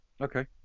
Okay